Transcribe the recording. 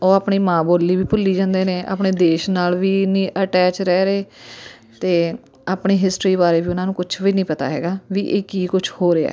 ਉਹ ਆਪਣੀ ਮਾਂ ਬੋਲੀ ਵੀ ਭੁੱਲੀ ਜਾਂਦੇ ਨੇ ਆਪਣੇ ਦੇਸ਼ ਨਾਲ ਵੀ ਨਹੀਂ ਅਟੈਚ ਰਹਿ ਰਹੇ ਅਤੇ ਆਪਣੀ ਹਿਸਟਰੀ ਬਾਰੇ ਵੀ ਉਹਨਾਂ ਨੂੰ ਕੁਛ ਵੀ ਨਹੀਂ ਪਤਾ ਹੈਗਾ ਵੀ ਇਹ ਕੀ ਕੁਛ ਹੋ ਰਿਹਾ